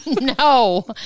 No